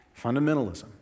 Fundamentalism